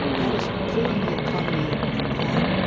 that is pulling the economy ah apart.